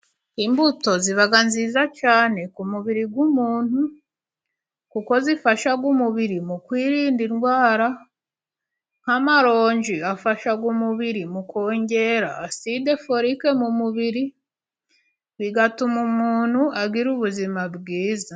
Imbuto ziba nziza cyane ku mubiri w'umuntu, kuko zifasha umubiri mu kwirinda indwara nka maronji, afasha umubiri mu kongera aside forike mu mubiri bigatuma umuntu agira ubuzima bwiza.